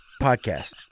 podcast